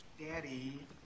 Daddy